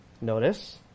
notice